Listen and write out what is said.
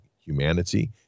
humanity